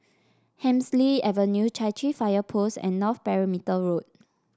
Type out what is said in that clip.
Hemsley Avenue Chai Chee Fire Post and North Perimeter Road